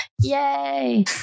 Yay